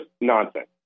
nonsense